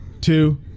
two